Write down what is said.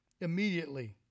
immediately